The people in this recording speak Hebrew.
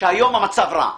שהיום המצב רע.